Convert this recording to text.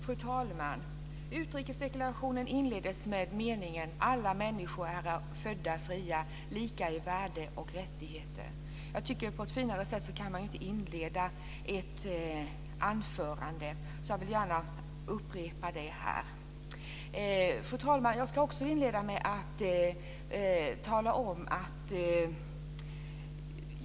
Fru talman! Utrikesdeklarationen inleddes med meningen "alla människor är födda fria, lika i värde och rättigheter". På ett finare sätt kan man inte inleda ett anförande. Jag vill gärna upprepa det här. Fru talman!